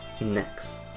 next